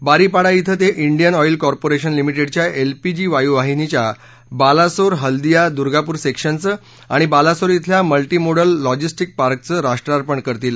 बारीपाडा क्रिं ते हियन ऑईल कॉर्पोरेशन लिमिटेडच्या एलपीजी वायूवाहिनीच्या बालासोर हल्दिया दुर्गापूर सेक्शनचं आणि बालासोर खेल्या मल्टीमोडल लॉजिस्टिक पार्कचं राष्ट्रार्पण करतील